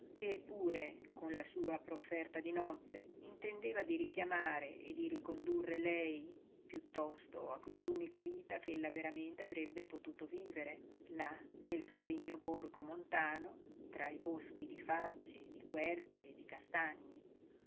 che pure con la sua profferta di nozze intendeva di richiamare e di ricondurre lei piuttosto a quell'unica vita ch'ella veramente avrebbe potuto vivere là nel ferrigno borgo montano tra i boschi di faggi di querci e di castagni